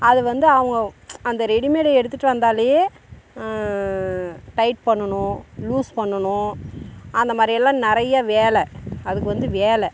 அது வந்து அவங்க அந்த ரெடிமேடு எடுத்துகிட்டு வந்தாலேயே டைட் பண்ணனும் லூஸ் பண்ணனும் அந்த மாதிரியெல்லாம் நிறைய வேலை அதுக்கு வந்து வேலை